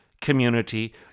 community